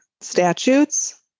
statutes